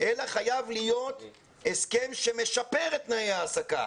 אלא חייב להיות הסכם שמשפר את תנאי ההעסקה.